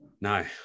No